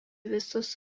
visus